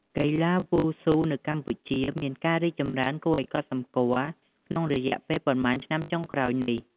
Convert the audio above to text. កីឡាវ៉ូស៊ូនៅកម្ពុជាមានការរីកចម្រើនគួរឲ្យកត់សម្គាល់ក្នុងរយៈពេលប៉ុន្មានឆ្នាំចុងក្រោយនេះ។